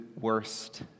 worst